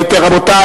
רבותי,